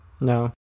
No